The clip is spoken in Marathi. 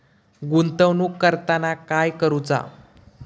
गुंतवणूक करताना काय करुचा?